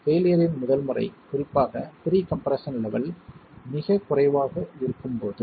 பெயிலியரின் முதல் முறை குறிப்பாக ப்ரீ கம்ப்ரெஸ்ஸன் லெவல் மிகக் குறைவாக இருக்கும்போது